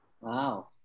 Wow